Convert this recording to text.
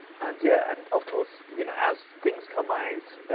and yeah, and of course, you know as things come out,